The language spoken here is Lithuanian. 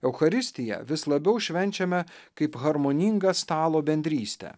eucharistiją vis labiau švenčiame kaip harmoningą stalo bendrystę